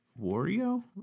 Wario